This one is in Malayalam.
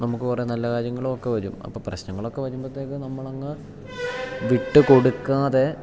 നമുക്ക് കുറേ നല്ല കാര്യങ്ങളൊക്കെ വരും അപ്പം പ്രശ്നങ്ങളൊക്കെ വരുമ്പോഴത്തേക്ക് നമ്മൾ അങ്ങ് വിട്ട് കൊടുക്കാതെ